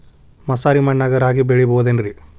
ಮಸಾರಿ ಮಣ್ಣಾಗ ರಾಗಿ ಬೆಳಿಬೊದೇನ್ರೇ?